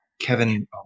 Kevin